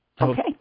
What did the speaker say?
Okay